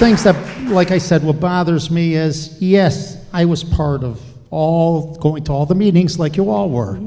that like i said what bothers me is yes i was part of all going to all the meetings like you all were